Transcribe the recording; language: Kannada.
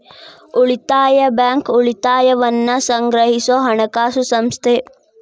ಉಳಿತಾಯ ಬ್ಯಾಂಕ್, ಉಳಿತಾಯವನ್ನ ಸಂಗ್ರಹಿಸೊ ಹಣಕಾಸು ಸಂಸ್ಥೆ